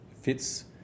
fits